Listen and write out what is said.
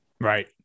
right